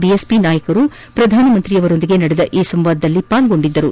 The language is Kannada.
ಬಿಎಸ್ಪಿ ನಾಯಕರು ಪ್ರಧಾನಮಂತ್ರಿಯೊಂದಿಗೆ ನಡೆದ ಈ ಸಂವಾದದಲ್ಲಿ ಭಾಗವಹಿಸಿದ್ದರು